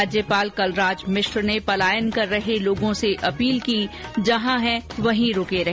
राज्यपाल कलराज मिश्र ने पलायन कर रहे लोगों से अपील की जहां हैं वहीं रुके रहे